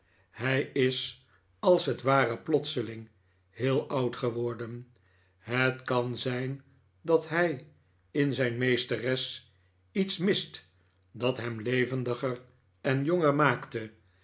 hij is als het ware plotseling heel oud geworden het kan zijn dat hij in zijn meesteres iets mist dat hem levendiger en jonger maakte